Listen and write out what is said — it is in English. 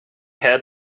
had